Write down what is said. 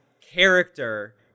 character